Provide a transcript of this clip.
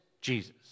Jesus